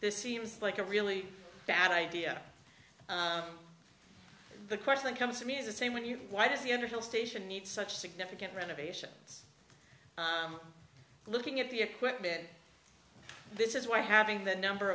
this seems like a really bad idea the question comes to me is the same when you why does the underhill station need such significant renovations looking at the equipment this is why having the number